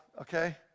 okay